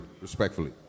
respectfully